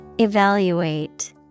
Evaluate